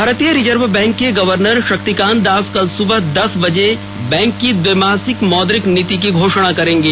भारतीय reserve bank के governor Shaktikanta Das कल सुबह दस बजे बैंक की द्विमासिक मौद्रिक नीति की घोषणा करेंगे